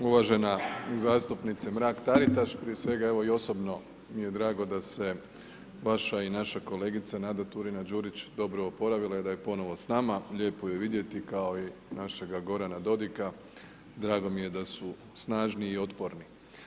Uvažena zastupnice Mrak Taritaš, prije svega evo i osobno mi je drago da se vaša i naša kolegica Nada Turina- Đurić dobro oporavila, da je ponovno s nama, lijepo ju je vidjeti kao i našeg Gorana Dodiga, drago mi je da su snažni i otporni.